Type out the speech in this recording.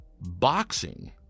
boxing